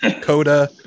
Coda